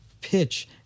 pitch